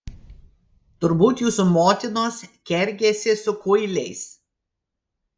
turbūt jūsų motinos kergėsi su kuiliais